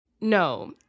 No